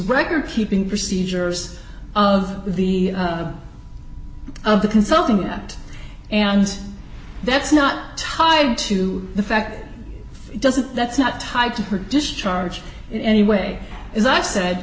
record keeping procedures of the of the consulting that and that's not tied to the fact it doesn't that's not tied to her discharge in any way as i said